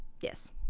yes